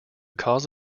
cause